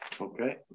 Okay